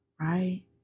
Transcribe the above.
right